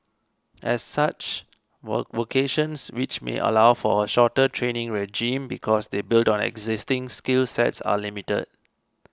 as such vocations which may allow for a shorter training regime because they build on existing skill sets are limited